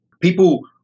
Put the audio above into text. people